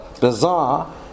bizarre